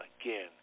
again